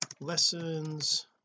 lessons